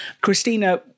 Christina